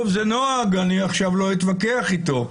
זה נוהג, אני עכשיו לא אתווכח אתו,